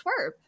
twerp